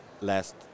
last